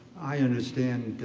i understand